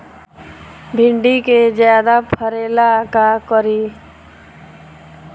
भिंडी के ज्यादा फरेला का करी?